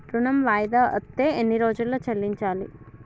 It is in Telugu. ఋణం వాయిదా అత్తే ఎన్ని రోజుల్లో చెల్లించాలి?